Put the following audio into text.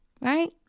right